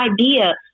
idea